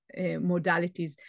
modalities